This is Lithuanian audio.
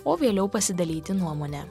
o vėliau pasidalyti nuomone